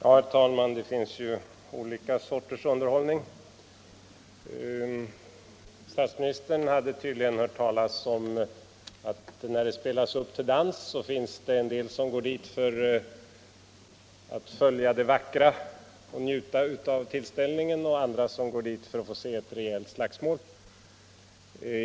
Herr talman! Det finns ju olika sorters underhållning! Statsministern hade tydligen hört talas om att när det spelas upp till dans finns det en del som går dit för att följa det vackra och njuta av tillställningen och andra som går dit för att få se ett rejält slagsmål.